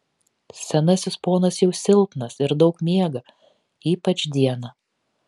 senasis ponas jau silpnas ir daug miega ypač dieną